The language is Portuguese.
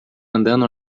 andando